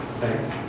Thanks